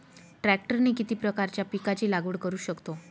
ट्रॅक्टरने किती प्रकारच्या पिकाची लागवड करु शकतो?